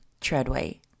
Treadway